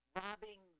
robbing